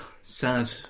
sad